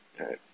Okay